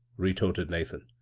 retorted nathan.